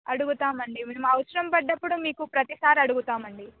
అడుగుతామండి మేము అవసరం పడినప్పుడు మీకు ప్రతిసారి అడుగుతామండి